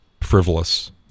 frivolous